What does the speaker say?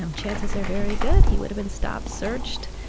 um chances are very good he would have been stopped, searched,